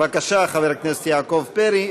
בבקשה, חבר הכנסת יעקב פרי.